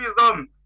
wisdom